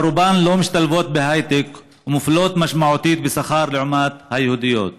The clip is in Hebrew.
אבל רובן לא משתלבות בהייטק ומופלות משמעותית בשכר לעומת היהודיות.